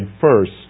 first